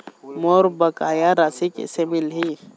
मोर बकाया राशि कैसे मिलही?